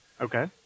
Okay